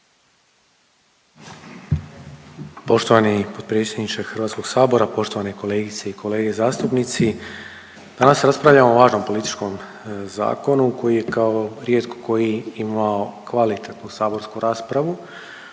Poštovani potpredsjedniče Hrvatskog sabora, poštovane kolegice i kolege zastupnici. Danas raspravljamo o važnom političkom zakonu koji je kao rijetko koji imao kvalitetnu saborsku raspravu.